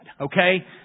Okay